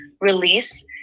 release